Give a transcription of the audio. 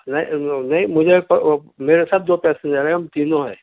نہیں وو نئی مجھے تو مرے ساتھ دو پیسنجر ہیں ہم تینوں ہیں